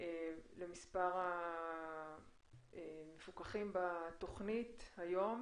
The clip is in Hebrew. למספר המפוקחים בתוכנית היום.